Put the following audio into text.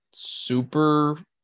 Super